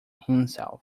himself